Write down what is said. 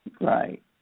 Right